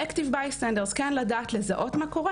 "Active bystanders" כן לזהות מה קורה